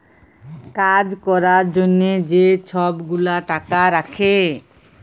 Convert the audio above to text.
কাজ ক্যরার জ্যনহে যে ছব গুলা টাকা রাখ্যে